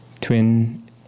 twin